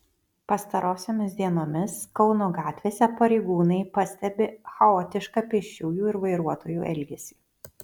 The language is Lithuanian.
pastarosiomis dienomis kauno gatvėse pareigūnai pastebi chaotišką pėsčiųjų ir vairuotojų elgesį